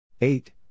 Eight